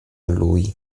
lui